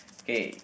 K